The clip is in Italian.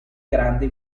grandi